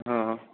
હા